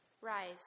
Rise